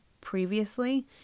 previously